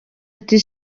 ati